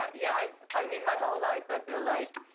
yeah, yeah, i mean my whole life, i feel like,